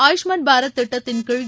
ஆயுஷ்மான் பாரத் திட்டத்தின்கீழ்